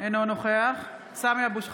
אינו נוכח סמי אבו שחאדה,